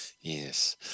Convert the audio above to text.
Yes